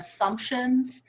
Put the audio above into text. assumptions